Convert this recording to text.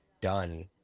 done